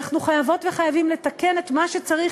אנחנו חייבות וחייבים לתקן את מה שצריך